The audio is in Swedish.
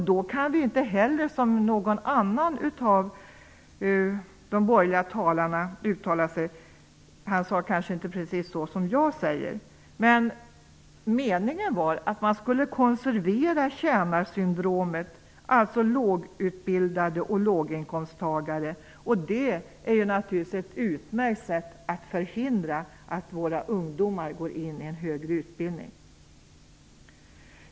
Då kan vi inte, som någon borgerlig talare uttalade -- ja, han uttryckte sig kanske inte precis som jag -- konservera tjänarsyndromet, alltså lågutbildade och låginkomsttagare. Det är naturligtvis ett utmärkt sätt att förhindra att våra ungdomar går in i en högre utbildning.